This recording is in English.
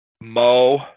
Mo